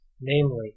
namely